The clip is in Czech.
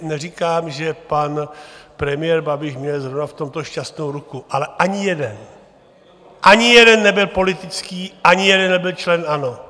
Neříkám, že pan premiér Babiš měl zrovna v tomto šťastnou ruku, ale ani jeden, ani jeden nebyl politický, ani jeden nebyl člen ANO!